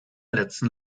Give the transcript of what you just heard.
letzten